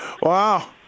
Wow